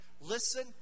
listen